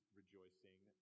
rejoicing